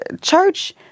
church